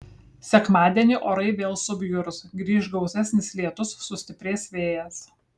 sekmadienį orai vėl subjurs grįš gausesnis lietus sustiprės vėjas